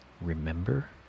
remember